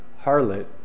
harlot